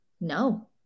No